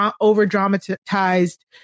over-dramatized